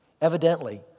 Evidently